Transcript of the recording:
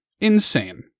insane